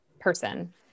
person